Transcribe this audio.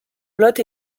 lot